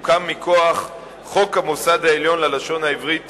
הוקם מכוח חוק המוסד העליון ללשון העברית,